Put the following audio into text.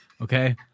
Okay